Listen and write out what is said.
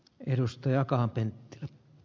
arvoisa puhemies